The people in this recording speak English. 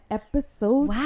episode